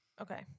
Okay